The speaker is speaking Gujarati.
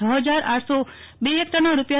છ હજાર આઠસો બે હેકટરના રૂા